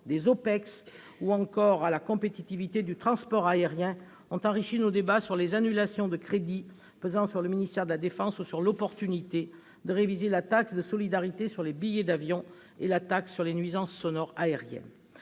ou encore à la compétitivité du transport aérien ont enrichi nos débats sur les annulations de crédits pesant sur le ministère de la défense ou sur l'opportunité de réviser la taxe de solidarité sur les billets d'avion et la taxe sur les nuisances sonores aériennes.